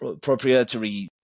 proprietary